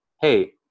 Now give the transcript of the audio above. hey